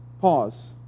Pause